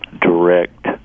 direct